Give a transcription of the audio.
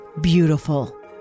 beautiful